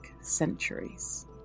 centuries